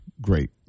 great